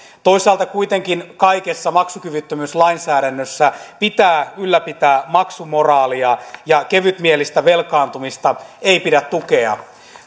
toisaalta kuitenkin kaikessa maksukyvyttömyyslainsäädännössä pitää ylläpitää maksumoraalia ja kevytmielistä velkaantumista ei pidä tukea